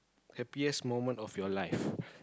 happiest moment of your life